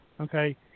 okay